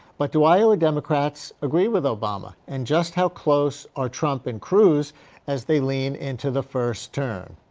but do iowa democrats agree with obama? and just how close are trump and cruz as they lean into the first turn?